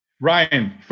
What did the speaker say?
Ryan